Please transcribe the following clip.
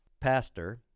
pastor